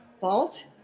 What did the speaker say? vault